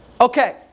Okay